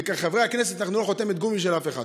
וכחברי הכנסת אנחנו לא חותמת גומי של אף אחד.